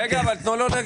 היות וזה מוקלט,